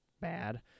bad